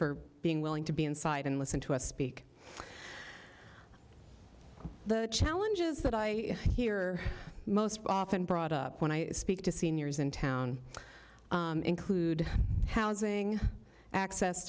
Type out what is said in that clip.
for being willing to be inside and listen to us speak the challenges that i hear most often brought up when i speak to seniors in town include housing access